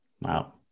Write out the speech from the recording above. Wow